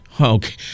Okay